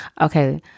Okay